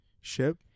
ship